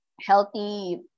healthy